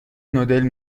نودل